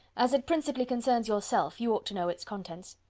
as it principally concerns yourself, you ought to know its contents.